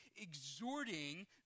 exhorting